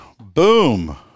boom